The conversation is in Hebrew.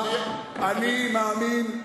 אני מאמין.